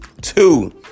Two